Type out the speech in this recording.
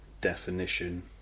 definition